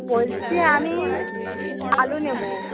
বলছি আমি আলু নেবো